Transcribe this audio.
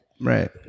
right